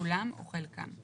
כולם או חלקם,